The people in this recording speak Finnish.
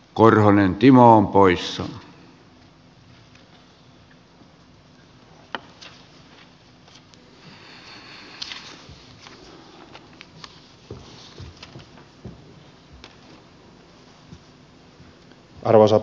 arvoisa herra puhemies